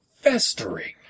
festering